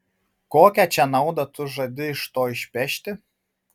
kokią čia naudą tu žadi iš to išpešti